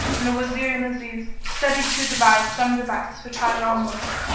and the wazir and aziz studied to devise some device for taj al-muluk,